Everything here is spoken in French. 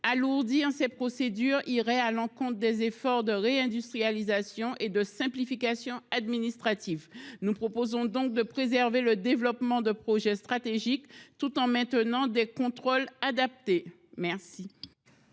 Allourdi en ces procédures irait à l'encontre des efforts de réindustrialisation et de simplification administrative. Nous proposons donc de préserver le développement de projets stratégiques tout en maintenant des contrôles adaptés. Merci.